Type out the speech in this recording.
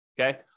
okay